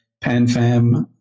PanFam